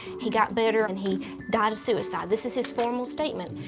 he got better, and he died of suicide. this is his formal statement.